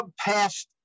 passed